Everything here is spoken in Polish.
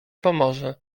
pomoże